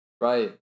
Right